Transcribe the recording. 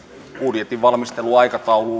budjetin valmistelun aikatauluun liittyen